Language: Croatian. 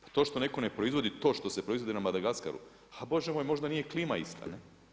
Pa to što neko ne proizvodi to što se proizvodi na Madagaskaru, ha Bože moj možda nije klima ista.